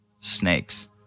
snakes